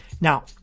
Now